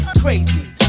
Crazy